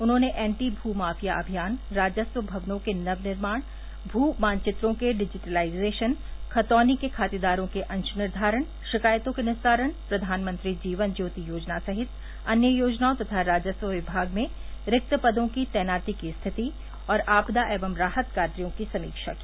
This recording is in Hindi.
उन्होंने एंटी भू माफिया अभियान राजस्व भवनों के नवनिर्माण भू मानचित्रों के डिजिटिलाइजेशन खतौनी के खातेदारों के अंश निर्धारण शिकायतों के निस्तारण प्रधानमंत्री जीवन ज्योति योजना सहित अन्य योजनाओं तथा राजस्व विभाग में रिक्त पदों की तैनाती की स्थिति और आपदा एवं राहत कार्यो की समीक्षा की